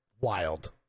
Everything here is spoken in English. Wild